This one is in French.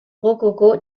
rococo